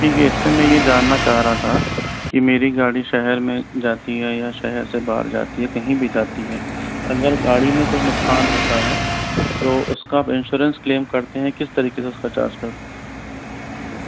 ठीक है इसपे मैं यह जानना चाह रहा था कि मेरी गाड़ी शहर में जाती है या शहर से बाहर जाती है कहीं भी जाती है अगर गाड़ी में कुछ नुकसान होता है तो उसका आप इंश्योरेंस क्लेम करते हैं किस तरीके से उसका चार्ज करते